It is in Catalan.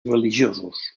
religiosos